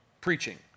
preaching